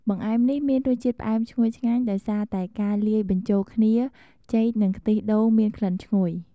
បង្អែមនេះមានរសជាតិផ្អែមឈ្ងុយឆ្ងាញ់ដោយសារតែការលាយបញ្ចូលគ្នាចេក និងខ្ទិះដូងមានក្លិនឈ្ងុយ។